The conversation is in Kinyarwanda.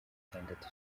itandatu